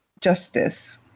justice